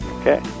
Okay